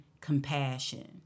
compassion